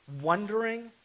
wondering